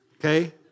okay